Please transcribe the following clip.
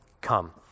come